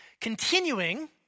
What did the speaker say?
continuing